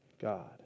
God